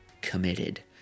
Committed